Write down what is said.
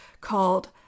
called